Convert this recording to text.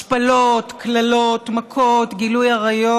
השפלות, קללות, מכות, גילוי עריות,